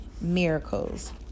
miracles